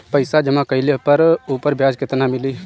पइसा जमा कइले पर ऊपर ब्याज केतना मिली?